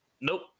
nope